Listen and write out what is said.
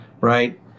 right